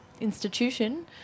institution